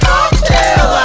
Cocktail